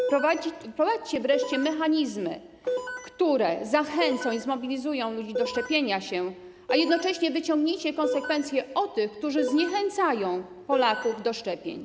Wprowadźcie wreszcie mechanizmy, które zachęcą i zmobilizują ludzi do szczepienia się, a jednocześnie wyciągnijcie konsekwencje wobec tych, którzy zniechęcają Polaków do szczepień.